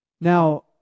Now